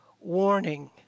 Warning